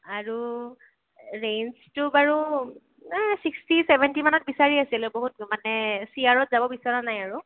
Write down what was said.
আৰু ৰেঞ্জটো বাৰু চিক্সটি চেভেনটিমানত বিচাৰি আছিলোঁ বহুত মানে চিআৰত যাব বিচৰা নাই আৰু